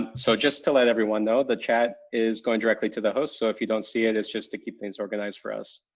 ah so just to let everyone know, the chat is going directly to the host. so if you don't see it, it's just to keep things organized for us.